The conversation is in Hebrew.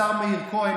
השר מאיר כהן,